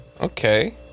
Okay